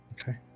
Okay